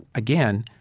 again,